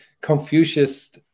Confucius